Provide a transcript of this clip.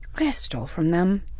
i stole from them.